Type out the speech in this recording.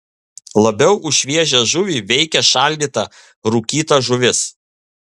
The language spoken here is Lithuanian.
labiau už šviežią žuvį veikia šaldyta rūkyta žuvis